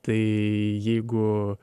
tai jeigu